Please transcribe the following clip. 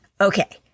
Okay